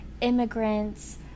immigrants